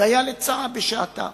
דיה לצרה בשעתה.